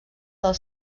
del